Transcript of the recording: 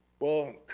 well,